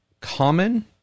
common